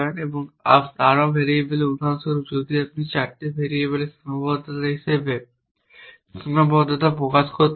এবং আরও ভেরিয়েবলে উদাহরণস্বরূপ যদি আমি 4টি ভেরিয়েবলের সীমাবদ্ধতা হিসাবে সীমাবদ্ধতা প্রকাশ করতাম